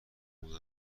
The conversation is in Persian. خونه